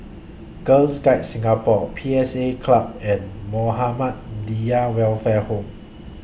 Girl Guides Singapore P S A Club and Muhammadiyah Welfare Home